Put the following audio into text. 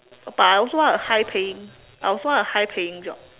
but I also want a high paying I also want a high paying job